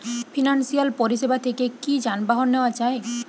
Financial পরিসেবা থেকে কি যানবাহন নেওয়া যায়?